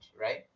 right